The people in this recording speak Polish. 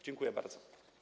Dziękuję bardzo.